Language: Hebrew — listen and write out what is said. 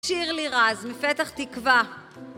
שיר לירז מפתח תקווה